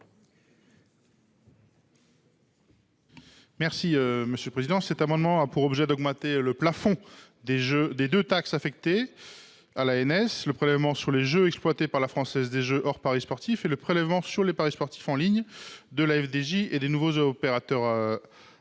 est à M. Thomas Dossus. Cet amendement a pour objet d’augmenter le plafond de deux des taxes affectées à l’ANS : le prélèvement sur les jeux exploités par la Française des jeux (FDJ) hors paris sportifs et le prélèvement sur les paris sportifs en ligne de la FDJ et des nouveaux opérateurs